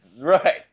Right